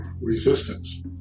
resistance